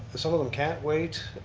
some of them can't wait,